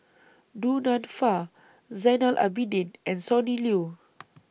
Du Nanfa Zainal Abidin and Sonny Liew